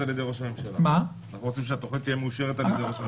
אנחנו רוצים שהתוכנית תהיה מאושרת על-ידי ראש הממשלה.